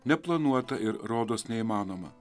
neplanuotą ir rodos neįmanomą